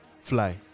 fly